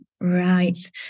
right